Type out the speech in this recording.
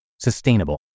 Sustainable